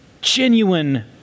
genuine